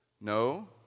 no